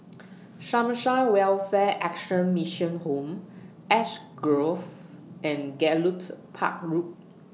Sunshine Welfare Action Mission Home Ash Grove and Gallops Park Road